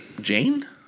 Jane